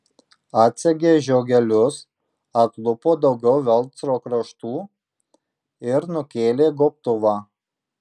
atsegė žiogelius atlupo daugiau velcro kraštų ir nukėlė gobtuvą